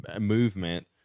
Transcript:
movement